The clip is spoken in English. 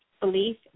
belief